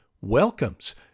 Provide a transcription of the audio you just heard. welcomes